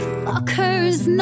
fucker's